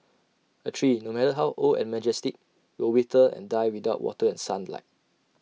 A tree no matter how old and majestic will wither and die without water and sunlight